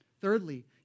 Thirdly